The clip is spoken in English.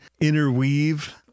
interweave